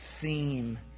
theme